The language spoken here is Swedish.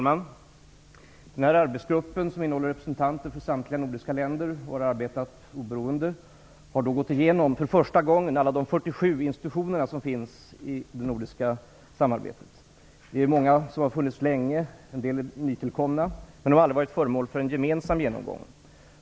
Fru talman! Denna arbetsgrupp, som innehåller representanter för samtliga nordiska länder och som har arbetat oberoende, har för första gången gått igenom alla de 47 institutioner som finns i det nordiska samarbetet. Många har funnits länge, och en del är nytillkomna, men de har aldrig varit föremål för en gemensam genomgång.